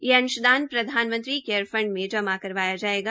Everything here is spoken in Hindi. यह अंशदान प्रधानमंत्री केयर फंड में जमां करवाया जायेगा